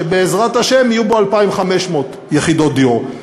שבעזרת השם יהיו בו 2,500 יחידות דיור.